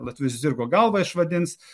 latvius zirgo galvą išvadins